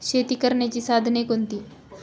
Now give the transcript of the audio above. शेती करण्याची साधने कोणती?